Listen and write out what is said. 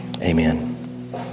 Amen